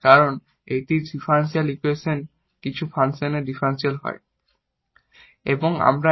কারণ এটির differential equation ঠিক কিছু ফাংশনের ডিফারেনশিয়াল হয়